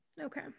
okay